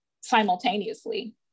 simultaneously